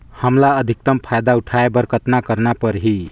हमला अधिकतम फायदा उठाय बर कतना करना परही?